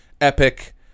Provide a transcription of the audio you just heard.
epic